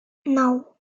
nou